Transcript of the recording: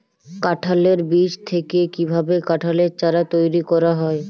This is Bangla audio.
কাঁঠালের বীজ থেকে কীভাবে কাঁঠালের চারা তৈরি করা হয়?